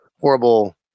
horrible